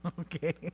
Okay